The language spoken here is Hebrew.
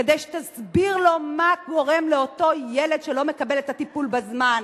כדי שתסביר לו מה קורה לאותו ילד שלא מקבל את הטיפול בזמן,